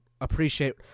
Appreciate